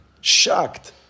shocked